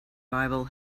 bible